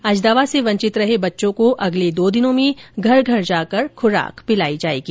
आज दवा से वंचित रहे बच्चों को अगले दो दिनों में घर घर जाकर खुराक पिलाई जायेगी